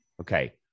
Okay